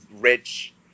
rich